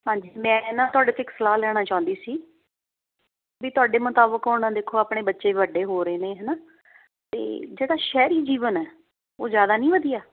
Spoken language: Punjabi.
ਹਾਂਜੀ ਮੈਂ ਨਾ ਤੁਹਾਡੇ ਤੋਂ ਇੱਕ ਸਲਾਹ ਲੈਣਾ ਚਾਹੁੰਦੀ ਸੀ ਵੀ ਤੁਹਾਡੇ ਮੁਤਾਬਿਕ ਹੁਣ ਵਾਲੇ ਦੇਖੋ ਆਪਣੇ ਬੱਚੇ ਵੱਡੇ ਹੋ ਰਹੇ ਨੇ ਹੈ ਨਾ ਅਤੇ ਜਿਹੜਾ ਸ਼ਹਿਰੀ ਜੀਵਨ ਹੈ ਉਹ ਜ਼ਿਆਦਾ ਨਹੀਂ ਵਧੀਆ